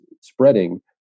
spreading